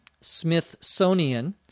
Smithsonian